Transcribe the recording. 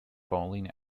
falling